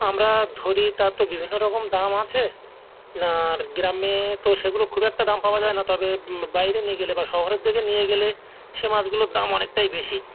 আমরা ধরি তার তো বিভিন্ন রকম দাম আছে আর গ্রামে তো সেগুলোর খুব একটা দাম পাওয়া যায় না তবে বাইরে নিয়ে গেলে বা শহরের দিকে নিয়ে গেলে সে মাছগুলোর দাম অনেকটাই বেশি